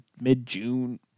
mid-June